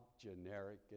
generic